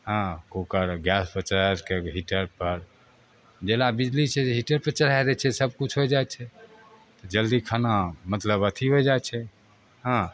हँ कुकर गैसपर चढ़ाके हीटरपर जकरा बिजली छै तऽ हीटरपर चढ़ा दै छिए सबकिछु होइ जाइ छै जल्दी खाना मतलब अथी होइ जाइ छै हँ